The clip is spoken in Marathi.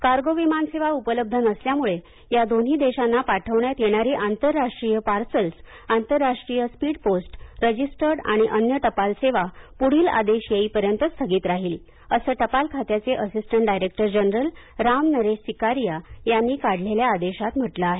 कार्गो विमानसेवा उपलब्ध नसल्यामुळे या दोन्ही देशांना पाठविण्यात येणारी आंतरराष्ट्रीय पार्सल्स् प्रादेशिक बातमीपत्र आंतरराष्ट्रीय स्पीड पोस्ट रजिस्टर्ड आणि अन्य टपाल सेवा पुढील आदेश येईपर्यंत स्थगित राहील असं टपाल खात्याचे assistant director general Ram Naresh Sikaria यांनी काढलेल्या आदेशात म्हटलं आहे